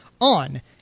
on